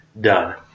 Done